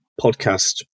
podcast